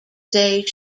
jose